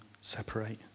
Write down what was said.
separate